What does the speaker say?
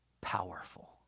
powerful